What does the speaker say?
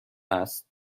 است